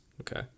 Okay